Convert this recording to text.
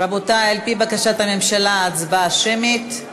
רבותי, על-פי בקשת הממשלה, הצבעה שמית.